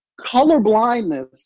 colorblindness